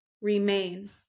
Remain